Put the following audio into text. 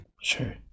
sure